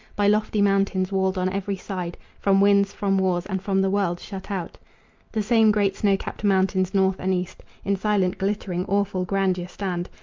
by lofty mountains walled on every side, from winds, from wars, and from the world shut out the same great snow-capped mountains north and east in silent, glittering, awful grandeur stand,